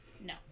No